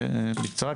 בבקשה.